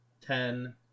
ten